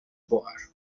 board